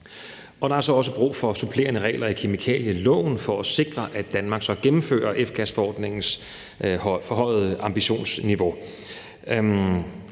Der er så også brug for supplerende regler i kemikalieloven for at sikre, at Danmark så gennemfører F-gasforordningens forhøjede ambitionsniveau.